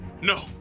No